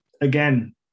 again